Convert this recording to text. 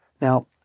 Now